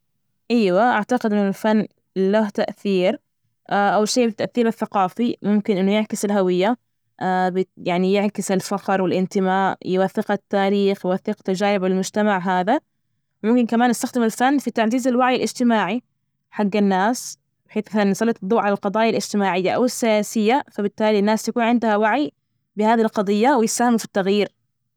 أيوه، أعتقد أن الفن له تأثير، أول شي التأثير الثقافي ممكن إنه يعكس الهوية، يعني يعكس الفخر والإنتماء يوثقها التاريخ، يوثق تجارب المجتمع هذا، ممكن كمان نستخدم الفن في تعزيز الوعي الإجتماعي حج الناس، بحيث نسلط الضوء على القضايا الاجتماعية أو السياسية، فبالتالي الناس يكون عندها وعي بهذه القضية ويسهموا في التغيير.